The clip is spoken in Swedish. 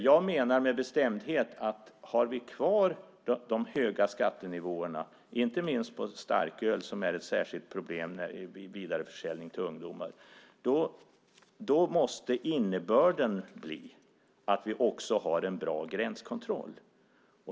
Jag menar med bestämdhet att om vi har kvar de höga skattenivåerna, inte minst på starköl som är ett särskilt problem när det gäller vidareförsäljning till ungdomar, måste vi också ha en bra gränskontroll.